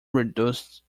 reduced